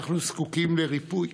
אנחנו זקוקים לריפוי.